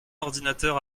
ordinateur